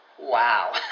Wow